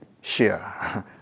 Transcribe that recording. share